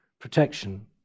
protection